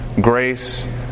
Grace